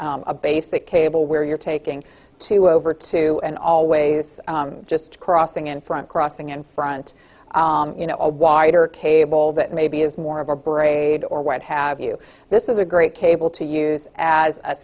cables a basic cable where you're taking to over two and always just crossing in front crossing in front you know a wider cable that maybe is more of a braid or what have you this is a great cable to use as a